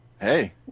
Hey